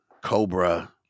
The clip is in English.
Cobra